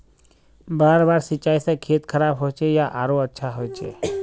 बार बार सिंचाई से खेत खराब होचे या आरोहो अच्छा होचए?